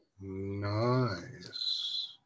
Nice